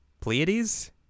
Pleiades